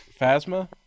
Phasma